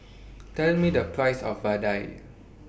Tell Me The Price of Vadai